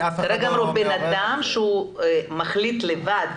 בן אדם שמחליט לבד,